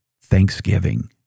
thanksgiving